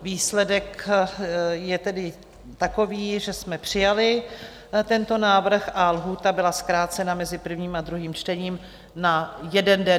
Výsledek je tedy takový, že jsme přijali tento návrh a lhůta byla zkrácena mezi prvním a druhým čtením na jeden den.